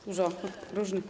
Dużo różnych.